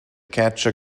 catcher